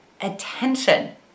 attention